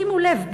שימו לב,